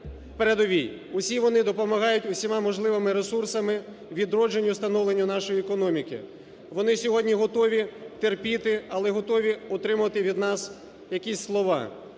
передовій, усі вони допомагають усіма можливими ресурсами відродженню, становленню нашої економіки. Вони сьогодні готові терпіти, але готові отримувати від нас якісь слова.